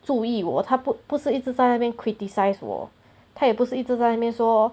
注意我他不不是一直在那边 criticize 我他也不是一直在那边说